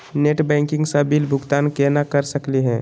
Net banking स bill भुगतान केना कर सकली हे?